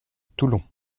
toulon